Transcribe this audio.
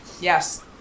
Yes